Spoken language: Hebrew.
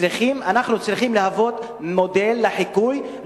אנחנו צריכים להוות מודל לחיקוי,